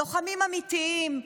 לוחמים אמיתיים,